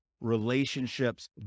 relationships